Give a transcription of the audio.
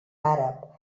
àrab